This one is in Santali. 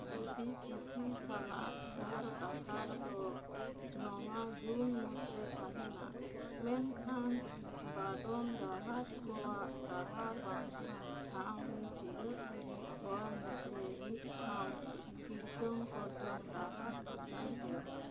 ᱡᱚᱫᱤ ᱠᱩᱥᱤ ᱥᱟᱞᱟᱜ ᱦᱚᱨ ᱰᱟᱦᱟᱨ ᱫᱚ ᱱᱚᱣᱟ ᱡᱩᱱ ᱢᱩᱫᱽᱨᱮ ᱛᱟᱦᱮᱱᱟ ᱢᱮᱱᱠᱷᱟᱱ ᱰᱟᱰᱚᱢ ᱡᱟᱦᱟᱡᱽ ᱠᱚ ᱚᱱᱟ ᱰᱟᱦᱟᱨ ᱵᱟᱝ ᱠᱷᱟᱱ ᱴᱷᱟᱶ ᱨᱮ ᱛᱤᱭᱟᱹᱜ ᱞᱟ ᱜᱤᱫ ᱦᱚᱨ ᱢᱩᱫᱽᱨᱮ ᱢᱤᱫᱴᱟᱝ ᱠᱤᱲᱪᱚᱝᱼᱠᱚᱲᱪᱚᱝ ᱰᱟᱦᱟᱨ ᱯᱟᱸᱡᱟᱭ ᱦᱩᱭᱩᱜᱼᱟ